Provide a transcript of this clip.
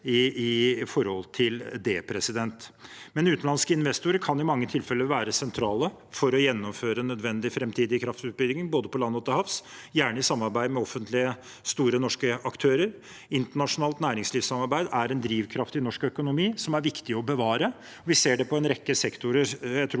stor interesse for det. Utenlandske investorer kan i mange tilfeller være sentrale for å gjennomføre nødvendig framtidig kraftutbygging både på land og til havs, gjerne i samarbeid med store offentlige norske aktører. Internasjonalt næringslivssamarbeid er en drivkraft i norsk økonomi som det er viktig å bevare. Vi ser det på en rekke sektorer. Jeg tror